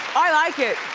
i like it.